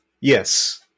Yes